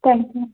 thanks ma'am